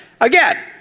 Again